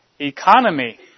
economy